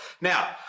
now